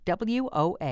WOA